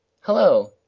Hello